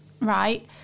right